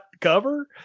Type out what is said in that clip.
Cover